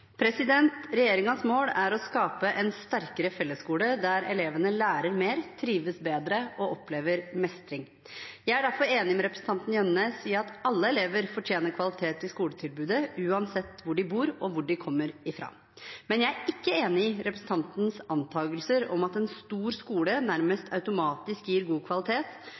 landet?» Regjeringens mål er å skape en sterkere fellesskole der elevene lærer mer, trives bedre og opplever mestring. Jeg er derfor enig med representanten Jønnes i at alle elever fortjener kvalitet i skoletilbudet, uansett hvor de bor, og hvor de kommer fra. Men jeg er ikke enig i representantens antagelse om at en stor skole nærmest automatisk gir god kvalitet,